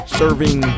serving